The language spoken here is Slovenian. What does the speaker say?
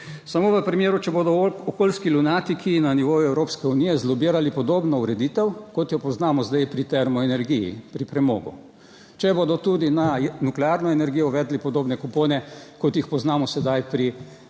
(NB) – 16.45** (Nadaljevanje) lunatiki na nivoju Evropske unije zlobirali podobno ureditev kot jo poznamo zdaj pri termoenergiji pri premogu. Če bodo tudi na nuklearno energijo uvedli podobne kupone, kot jih poznamo sedaj, pri premogu,